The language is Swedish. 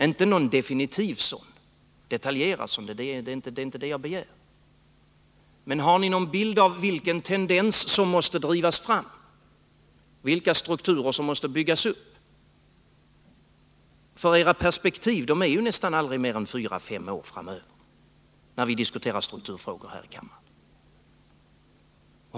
Jag begär inte att ni skall redogöra för någon detaljerad sådan, utan jag vill veta om ni har någon bild av vilken tendens som måste drivas fram och vilka strukturer som måste byggas upp — för era perspektiv omfattar ju nästan aldrig mer än fyra fem år framöver när vi diskuterar strukturfrågor här i kammaren.